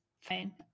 fine